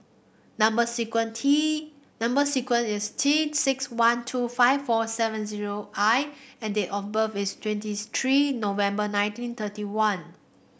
number sequence T number sequence is T six one two five four seven zero I and date of birth is twentieth three November nineteen thirty one